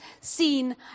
seen